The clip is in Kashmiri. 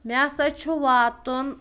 مےٚ ہَسا چھُ واتُن